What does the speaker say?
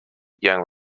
young